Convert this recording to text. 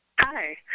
Hi